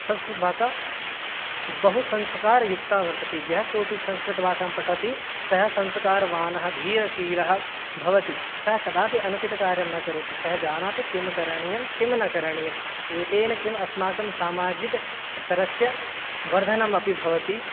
संस्कृतभासा बहुसंस्कारयुक्ता वर्तते यः कोऽपि संस्कृतभाषां पठति सः संस्कारवानः धीयशीलः भवति सः कदापि अनुचितकार्यं न करोति सः जानाति किं करणीयं किं न करणीयम् एतेन किम् अस्माकं सामाजिक स्तरस्य वर्धनमपि भवति